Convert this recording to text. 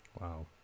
Wow